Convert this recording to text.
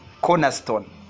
cornerstone